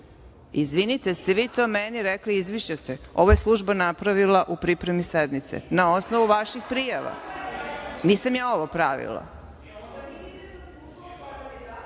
jel ste vi to meni rekli - izmišljate? Ovo je služba napravila u pripremi sednice, na osnovu vaših prijava. Nisam ja ovo